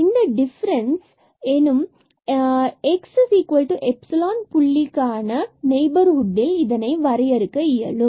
difference எனும் xepsilon புள்ளிக்கான நெய்பர்ஹுட்டில் வரையறுக்க இயலும்